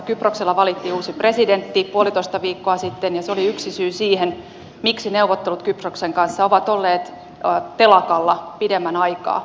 kyproksella valittiin uusi presidentti puolitoista viikkoa sitten ja se oli yksi syy siihen miksi neuvottelut kyproksen kanssa ovat olleet telakalla pidemmän aikaa